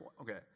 okay